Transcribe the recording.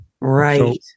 right